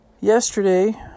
yesterday